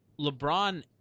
LeBron